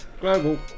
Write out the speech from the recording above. Global